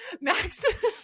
Max